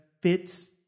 fits